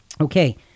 Okay